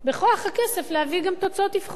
בכוח הכסף להביא גם תוצאות אבחון.